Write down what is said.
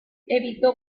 evitó